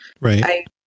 Right